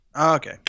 Okay